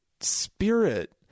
spirit